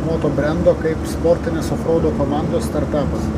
moto brendo kaip sportinis ofroudo komandos startapas